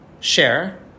Share